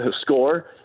score